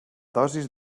dosi